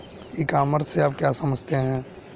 ई commerce से आप क्या समझते हैं?